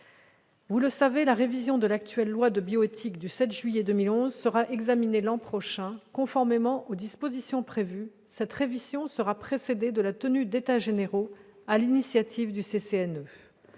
Vous le savez, l'actuelle loi de bioéthique du 7 juillet 2011 sera révisée l'an prochain. Conformément aux dispositions prévues, cette révision sera précédée de la tenue d'états généraux, sur l'initiative du CCNE.